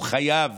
הוא חייב